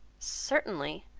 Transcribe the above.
certainly,